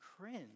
cringe